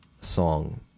song